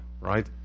Right